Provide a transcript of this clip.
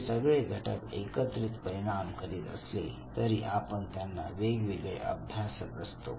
हे सगळे घटक एकत्रित परिणाम करीत असले तरी आपण त्यांना वेगवेगळे अभ्यासत असतो